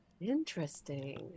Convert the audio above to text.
Interesting